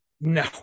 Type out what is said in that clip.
No